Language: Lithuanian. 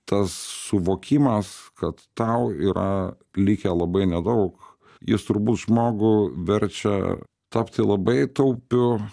tas suvokimas kad tau yra likę labai nedaug jis turbūt žmogų verčia tapti labai taupiu